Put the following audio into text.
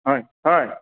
হয় হয়